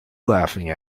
laughing